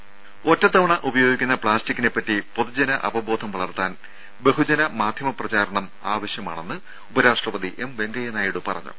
രും ഒറ്റത്തവണ ഉപയോഗിക്കുന്ന പ്ലാസ്റ്റിക്കിനെ പറ്റി പൊതുജന അവബോധം വളർത്താൻ ബഹുജന മാധ്യമ പ്രചരണം ആവശ്യമാണെന്ന് ഉപരാഷ്ട്രപതി എം വെങ്കയ്യ നായിഡു പറഞ്ഞു